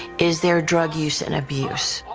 is there drug use and abuse?